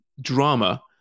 drama